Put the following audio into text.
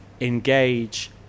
engage